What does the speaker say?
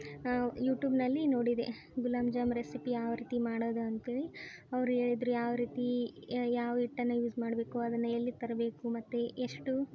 ಯುಟೂಬ್ನಲ್ಲಿ ನೋಡಿದೆ ಗುಲಾಬ್ ಜಾಮ್ ರೆಸಿಪಿ ಯಾವ ರೀತಿ ಮಾಡೋದು ಅಂತೇಳಿ ಅವ್ರು ಹೇಳಿದ್ರು ಯಾವ ರೀತಿ ಯಾವ ಹಿಟ್ಟನ್ನ ಯೂಸ್ ಮಾಡಬೇಕು ಅದನ್ನು ಎಲ್ಲಿ ತರಬೇಕು ಮತ್ತು ಎಷ್ಟು